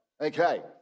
Okay